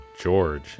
George